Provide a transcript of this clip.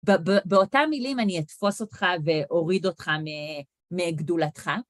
באותם מילים אני אתפוס אותך ואוריד אותך מגדולתך.